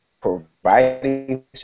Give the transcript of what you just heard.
providing